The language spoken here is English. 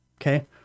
Okay